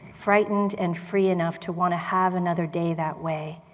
frightened and free enough to want to have another day that way.